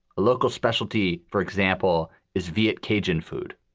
local specialty, for example, is vrt, cajun food.